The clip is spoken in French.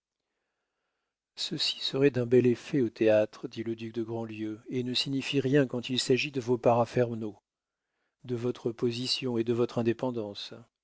ceci serait d'un bel effet au théâtre dit le duc de grandlieu et ne signifie rien quand il s'agit de vos paraphernaux de votre position et de votre indépendance